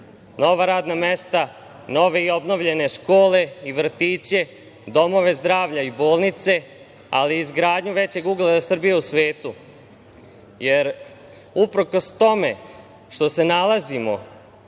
nova radna mesta, nove i obnovljene škole i vrtiće, domove zdravlja i bolnice, ali i izgradnju većeg ugleda Srbije u svetu. Uprkos tome što se nalazimo